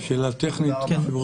תודה רבה.